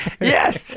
Yes